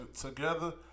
together